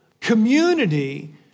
community